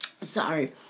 Sorry